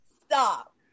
Stop